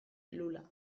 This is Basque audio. lula